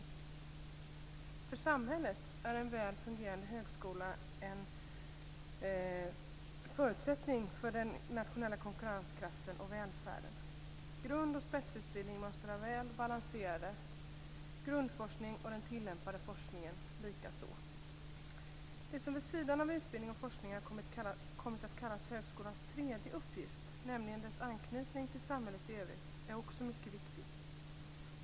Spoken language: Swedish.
För samhället är en väl fungerande högskola en förutsättning för den nationella konkurrenskraften och välfärden. Grund och spetsutbildning måste vara väl balanserad, grundforskningen och den tillämpade forskningen likaså. Det som vid sidan av utbildning och forskning har kommit att kallas högskolans "tredje uppgift", nämligen dess anknytning till samhället i övrigt, är också mycket viktig.